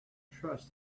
trust